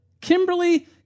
Kimberly